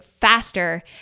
faster